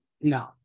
No